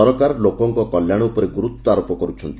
ସରକାର ଲୋକଙ୍କ କଲ୍ୟାଣ ଉପରେ ଗୁରୁତ୍ୱାରୋପ କରୁଛନ୍ତି